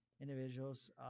individuals